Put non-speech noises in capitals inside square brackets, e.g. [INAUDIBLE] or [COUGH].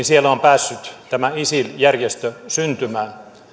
[UNINTELLIGIBLE] siellä on päässyt tämä isil järjestö syntymään